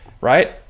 right